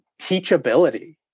teachability